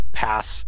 pass